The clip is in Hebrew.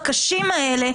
הקשים האלה,